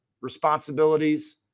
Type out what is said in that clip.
responsibilities